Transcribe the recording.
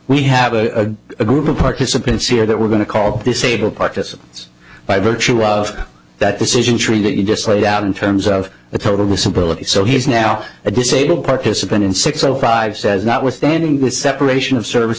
we have a group of participants here that we're going to call disabled participants by virtue of that decision tree that you just laid out in terms of the total simple it so he's now a disabled participant in six o five says notwithstanding with separation of service